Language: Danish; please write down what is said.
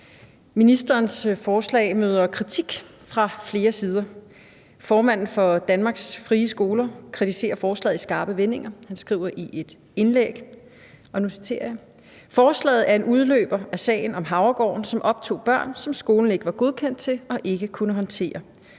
Ministerens forslag møder kritik fra flere sider. Formanden for Frie Skolers Lærerforening kritiserer forslaget i skarpe vendinger. Han skriver i et indlæg: »Forslaget er en udløber af sagen om Havregården, som optog børn, som skolen ikke var godkendt til og ikke kunne håndtere.